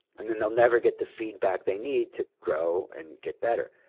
and then they'll never get the feedback they need to grow and get better.